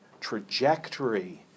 trajectory